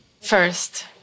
First